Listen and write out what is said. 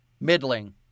Middling